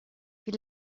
wie